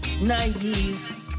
naive